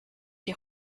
die